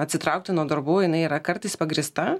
atsitraukti nuo darbų jinai yra kartais pagrįsta